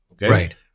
Right